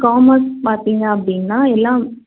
commerce பார்த்திங்க அப்படின்னா எல்லாம்